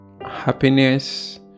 Happiness